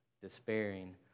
despairing